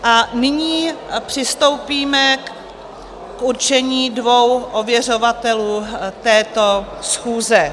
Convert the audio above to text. A nyní přistoupíme k určení dvou ověřovatelů této schůze.